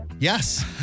Yes